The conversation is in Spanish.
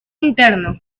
interno